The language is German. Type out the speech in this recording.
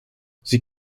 sie